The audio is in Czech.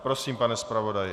Prosím, pane zpravodaji.